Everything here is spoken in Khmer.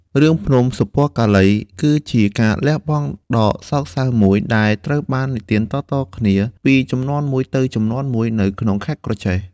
រឿងភ្នំសុពណ៌កាឡី គឺជាការលះបង់ដ៏សោកសៅមួយ ដែលត្រូវបាននិទានតៗគ្នាពីជំនាន់មួយទៅជំនាន់មួយនៅក្នុងខេត្តក្រចេះ។